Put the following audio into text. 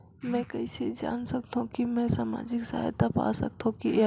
मै कइसे जान सकथव कि मैं समाजिक सहायता पा सकथव या नहीं?